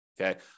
Okay